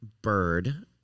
Bird